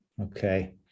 Okay